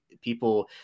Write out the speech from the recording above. people